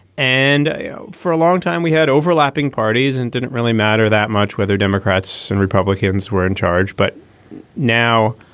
and i know for a long time we had overlapping parties and didn't really matter that much whether democrats and republicans were in charge. but now